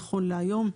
נכון להיום,